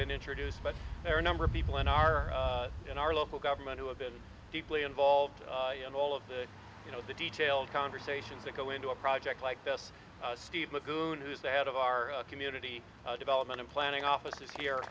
been introduced but there are a number of people in our in our local government who have been deeply involved in all of the you know the detailed conversations that go into a project like this steve with the moon who's the head of our community development and planning office is here